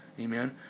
Amen